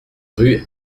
rue